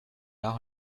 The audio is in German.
nach